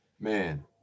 man